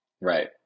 Right